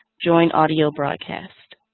join audio broadcast.